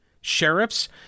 sheriffs